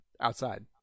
Outside